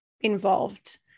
involved